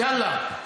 יאללה.